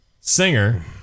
Singer